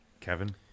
Kevin